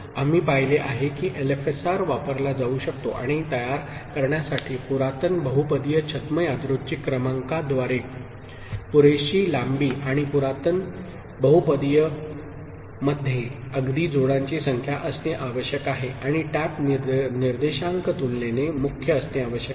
आम्ही पाहिले आहे की एलएफएसआर वापरला जाऊ शकतो आणि तयार करण्यासाठी पुरातन बहुपदीय छद्म यादृच्छिक क्रमांकाद्वारे पुरेशी लांबी आणि पुरातन बहुपदीय मध्ये अगदी जोडांची संख्या असणे आवश्यक आहे आणि टॅप निर्देशांक तुलनेने मुख्य असणे आवश्यक आहे